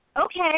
Okay